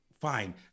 fine